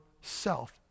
self